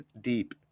deep